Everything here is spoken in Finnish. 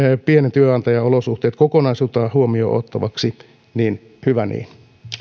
pienen työnantajan olosuhteet kokonaisuutena huomioon ottavaksi niin hyvä